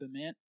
Bement